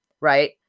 right